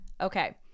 okay